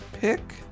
pick